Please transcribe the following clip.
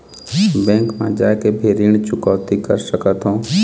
Bank मा जाके भी ऋण चुकौती कर सकथों?